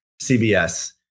cbs